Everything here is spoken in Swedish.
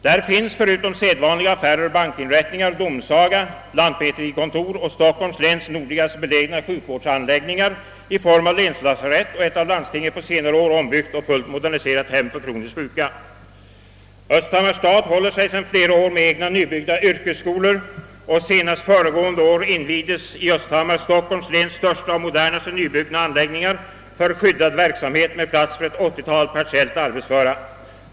Där finns, förutom sedvanliga affärer och bankinrättningar, domsaga, lantmäterikontor och Stockholms läns nordligast belägna sjukvårdsanläggningar i form av länslasarett och ett av landstinget på senare år ombyggt och fullt moderniserat hem för kroniskt sjuka. Östhammars stad håller sig sedan flera år med egna, nybyggda yrkesskolor, och senast under föregående år invigdes i Östhammar Stockholms läns största och modernaste nybyggda anläggningar för skyddad verksamhet med plats för ett 80-tal partiellt arbetsföra.